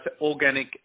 organic